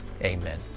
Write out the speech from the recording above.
Amen